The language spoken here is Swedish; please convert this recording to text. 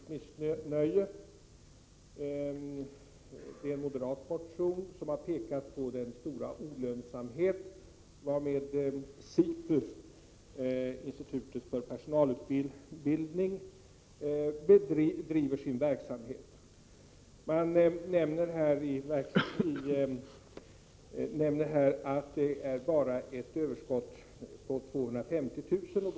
Reservationen bygger på en moderat motion, som har pekat på den stora olönsamhet varmed SIPU, institutet för personalutbildning, bedriver sin verksamhet. Där nämns att den verksamheten endast har ett överskott på 250 000 kr.